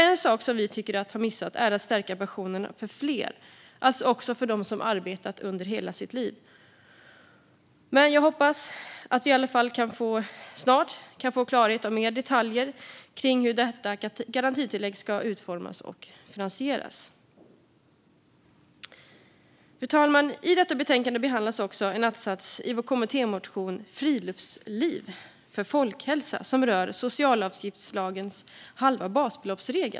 En sak som vi tycker att man missat är att stärka pensionerna för fler, alltså även för dem som arbetat under hela sitt liv. Men jag hoppas att vi i alla fall snart kan få klarhet i mer detaljer om hur detta garantitillägg ska utformas och finansieras. Fru talman! I detta betänkande behandlas också en att-sats i vår kommittémotion Friluftsliv för folkhälsa rörande socialavgiftslagens regel om halvt basbelopp.